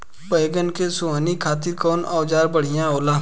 बैगन के सोहनी खातिर कौन औजार बढ़िया होला?